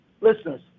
listeners